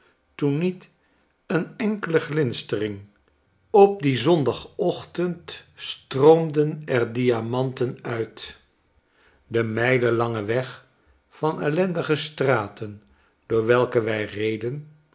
toen niet een enkele glinstering op dien zondagochtend stroomde er diamanten uit demijlen lange weg van ellendige straten door welke wij reden